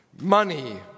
money